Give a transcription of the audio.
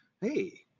Hey